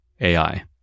AI